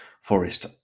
forest